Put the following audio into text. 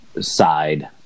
side